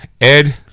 Ed